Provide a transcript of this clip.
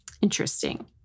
interesting